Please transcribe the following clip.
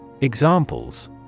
Examples